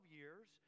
years